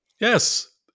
Yes